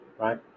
right